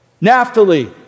Naphtali